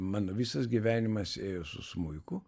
mano visas gyvenimas ėjo su smuiku